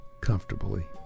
comfortably